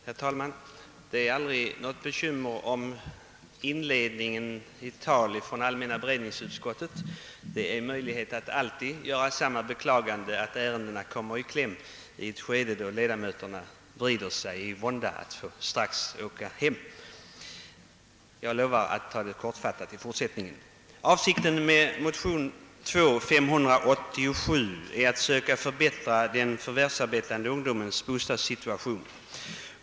Herr talman! Man behöver inte ha några bekymmer för hur man skall indela anföranden i anledning av utlåtanden från allmänna beredningsutskottet. Det finns alltid möjlighet att med beklagande konstatera att utskottets ärenden kommer i kläm genom att de måste behandlas i ett skede då ledamöterna vrider sig av otålighet i bänkarna därför att de strax skall åka hem. Jag lovar för min del att vara kortfattad. Avsikten med förslaget i motion II: 587 är att söka förbättra den förvärvsarbetande ungdomens bostadssituation.